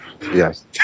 yes